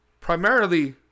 Primarily